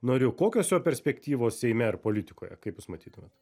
nariu kokios jo perspektyvos seime ir politikoje kaip jūs matytumėt